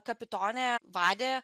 kapitonė vadė